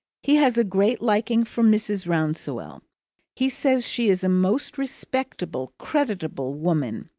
he has a great liking for mrs. rouncewell he says she is a most respectable, creditable woman.